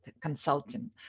consulting